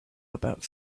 about